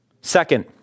Second